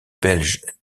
belge